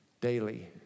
daily